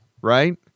right